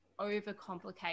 overcomplicate